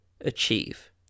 achieve